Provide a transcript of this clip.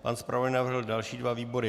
Pan zpravodaj navrhl další dva výbory.